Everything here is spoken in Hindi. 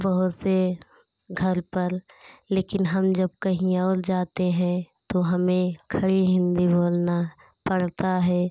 से घर पर लेकिन हम जब कहीं और जाते हैं तो हमें खड़ी हिन्दी बोलना पड़ता है